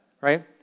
Right